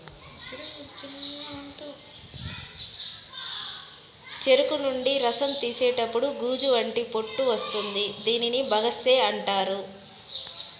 చెరుకు నుండి రసం తీసేతప్పుడు గుజ్జు వంటి పొట్టు వస్తుంది దీనిని బగస్సే అంటారు